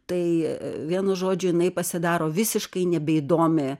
tai vienu žodžiu jinai pasidaro visiškai nebeįdomi